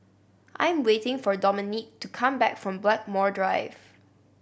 I am waiting for Dominique to come back from Blackmore Drive